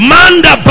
Manda